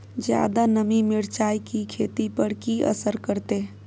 ज्यादा नमी मिर्चाय की खेती पर की असर करते?